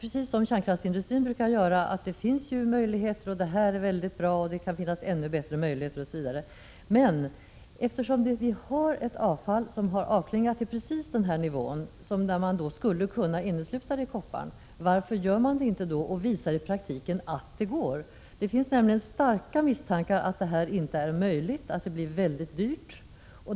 precis som företrädare för kärnkraftsindustrin brukar göra, att det finns möjligheter, att det här är väldigt bra, att det kan finnas ännu bättre möjligheter osv. Men eftersom vi har ett avfall som har avklingat vid just den nivå där man skulle kunna innesluta det i koppar, varför gör man då inte det och visar i praktiken att det går? Det finns nämligen starka misstankar om att detta inte är möjligt, att det blir väldigt dyrt.